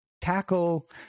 tackle